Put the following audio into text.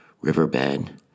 riverbed